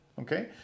Okay